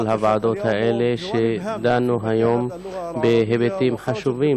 כל הוועדות האלה דנו היום בהיבטים חשובים